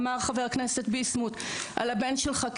אמר חברי הכנסת ביסמוט על הבן שלך,